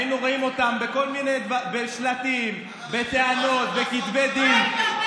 היינו רואים אותם בשלטים, בטענות, בכתבי דין.